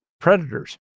predators